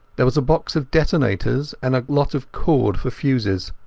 there was a box of detonators, and a lot of cord for fuses.